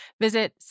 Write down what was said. Visit